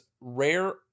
rare